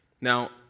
Now